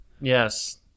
Yes